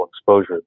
exposure